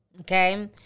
okay